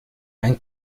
ein